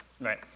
Right